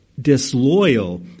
disloyal